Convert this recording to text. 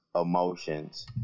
emotions